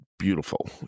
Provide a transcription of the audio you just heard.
Beautiful